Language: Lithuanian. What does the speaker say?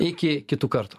iki kitų kartų